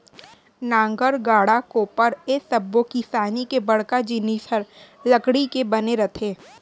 नांगर, गाड़ा, कोपर ए सब्बो किसानी के बड़का जिनिस हर लकड़ी के बने रथे